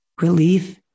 relief